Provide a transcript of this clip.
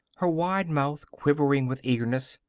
her wide mouth quivering with eagerness.